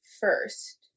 first